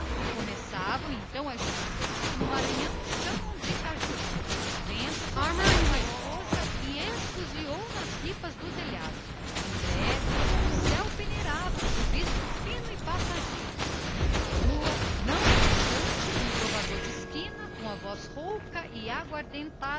começavam então as chuvas que no maranhão chamam de caju o vento soprou com mais força esfuziando nas ripas do telhado em breve o céu peneirava um chuvisco fino e passageiro na rua não obstante um trovador de esquina cantava ao violão quis debalde varrer te da